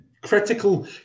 critical